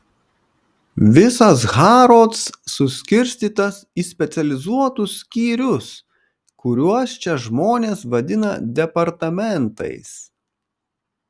visas harrods suskirstytas į specializuotus skyrius kuriuos čia žmonės vadina departamentais